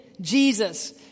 Jesus